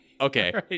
okay